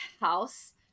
house